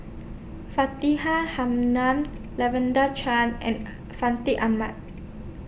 Faridah Hanum Lavender Chang and Fandi Ahmad